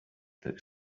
that